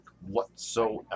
whatsoever